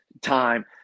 time